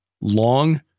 long